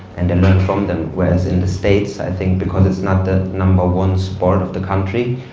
and they learn from them, whereas in the states, i think because it's not the number one sport of the country,